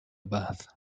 bath